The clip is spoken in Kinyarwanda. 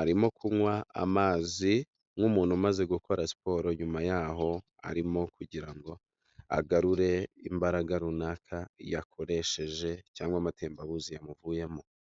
arimo kunywa amazi nk'umuntu umaze gukora siporo nyuma yaho arimo kugira ngo agarure imbaraga runaka yakoresheje cyangwa amatembabuzi yamuvuyemo.